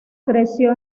creció